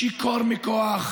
לך.